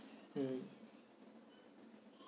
mm